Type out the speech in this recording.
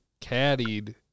caddied